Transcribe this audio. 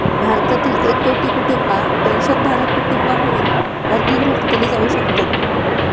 भारतातील एक कोटी कुटुंबा पेन्शनधारक कुटुंबा म्हणून वर्गीकृत केली जाऊ शकतत